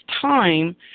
time